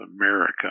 America